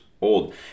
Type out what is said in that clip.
old